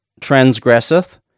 transgresseth